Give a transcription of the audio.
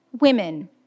women